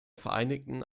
vereinigten